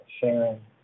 sharing